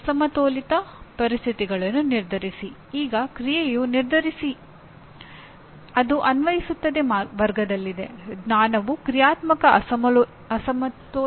ಮತ್ತು ಸಮಸ್ಯೆಗಳನ್ನು ಪರಿಹರಿಸುವುದನ್ನು ಪ್ರಾಥಮಿಕ ಅವಶ್ಯಕತೆ ಎಂದು ಪರಿಗಣಿಸುತ್ತಾರೆ